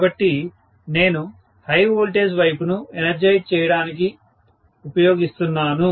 కాబట్టి నేను high voltage వైపును ఎనర్జైజ్ చేయడానికి ఉపయోగిస్తున్నాను